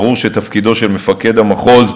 ברור שתפקידו של מפקד המחוז,